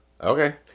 Okay